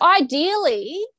ideally